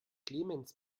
clemens